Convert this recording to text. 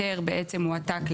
יהיו התקנות?